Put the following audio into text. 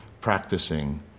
practicing